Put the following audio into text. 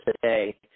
today